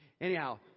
anyhow